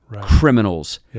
criminals